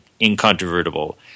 incontrovertible